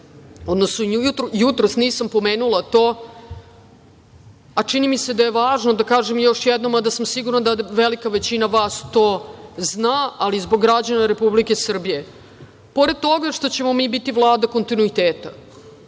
jutros nisam pomenula to, a čini mi se da je važno da kažem još jednom, mada sam sigurna da velika većina vas to zna, ali zbog građana Republike Srbije, pored toga što ćemo mi biti Vlada kontinuiteta,